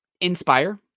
inspire